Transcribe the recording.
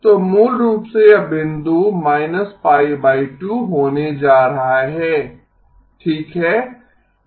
तो मूल रूप से यह बिंदु होने जा रहा है ठीक है